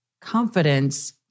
confidence